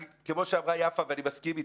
המל"ג, כמו שאמרה יפה ואני מסכים אתה,